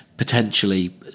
potentially